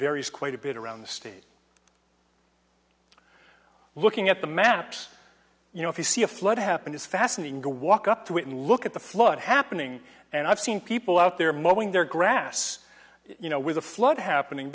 varies quite a bit around the state looking at the maps you know if you see a flood happen is fascinating to walk up to it and look at the flood happening and i've seen people out there moping their grass you know with a flood happening